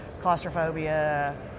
claustrophobia